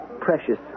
precious